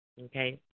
Okay